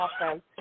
awesome